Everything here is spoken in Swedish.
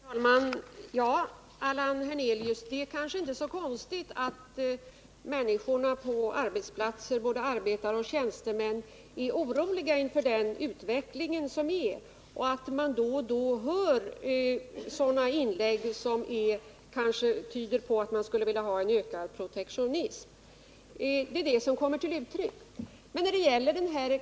Herr talman! Ja, Allan Hernelius, det är kanske inte så konstigt att människorna på arbetsplatserna, både arbetare och tjänstemän, är oroliga inför den nuvarande utvecklingen och att det då och då hörs inlägg som kanske tyder på att man skulle vilja ha en ökad protektionism, Det är denna oro som kommer till uttryck.